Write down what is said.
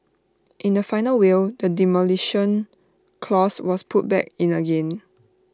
in the final will the Demolition Clause was put back in again